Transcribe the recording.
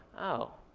oh.